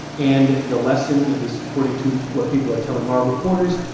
and the lesson, at least according to what people are telling our reporters,